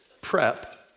prep